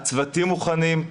הצוותים מוכנים,